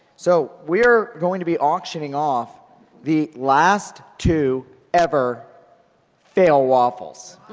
so, we are going to be auctioning off the last two ever fail waffles.